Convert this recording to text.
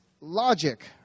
logic